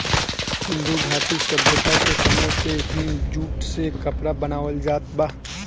सिंधु घाटी सभ्यता के समय से ही जूट से कपड़ा बनावल जात बा